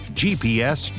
gps